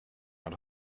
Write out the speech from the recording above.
out